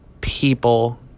people